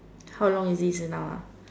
how long is it now uh